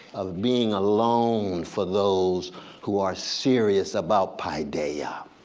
of being alone for those who are serious about paideia.